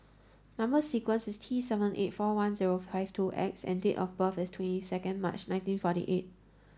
number sequence is T seven eight four one zero five two X and date of birth is twenty second March nineteen forty eight